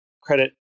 credit